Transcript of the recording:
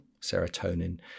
serotonin